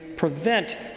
prevent